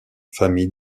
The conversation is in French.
familles